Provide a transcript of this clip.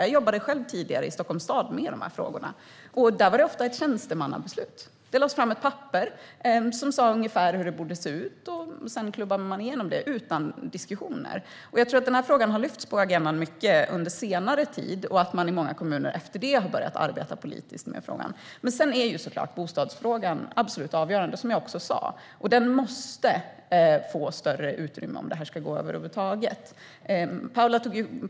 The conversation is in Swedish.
Jag jobbade själv tidigare med de här frågorna i Stockholms stad, och där var det ofta ett tjänstemannabeslut. Det lades fram ett papper som sa ungefär hur det borde se ut, och sedan klubbade man igenom det utan diskussioner. Jag tror att den här frågan har lyfts upp på agendan under senare tid och att man i många kommuner har börjat arbeta politiskt med frågan efter det. Bostadsfrågan är absolut avgörande, som jag sa, och den måste få större utrymme om det här över huvud taget ska gå.